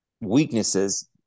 weaknesses